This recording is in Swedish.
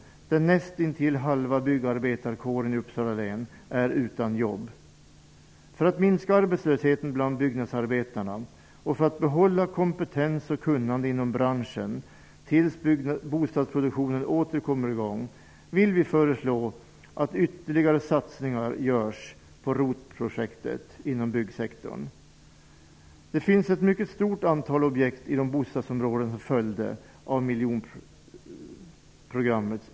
Nästintill halva byggarbetarkåren i Uppsala län är utan jobb. För att minska arbetslösheten bland byggnadsarbetarna och för att behålla kompetens och kunnande inom branschen tills bostadsproduktionen åter kommer i gång vill vi föreslå att det görs ytterligare satsningar på ROT projekt inom byggsektorn. Det finns ett mycket stort antal objekt i de bostadsområden som följde av miljonprogrammet.